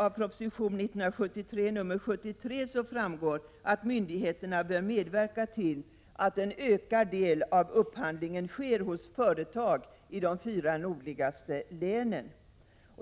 Av proposition 1973:73 framgår att myndigheterna bör medverka till att en ökad del av upphandlingen sker hos företag i de fyra nordligaste länen.